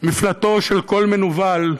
מפלטו של כל מנוול.